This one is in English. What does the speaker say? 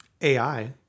AI